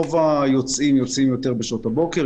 רוב היוצאים מגיעים בשעות הבוקר,